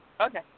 Okay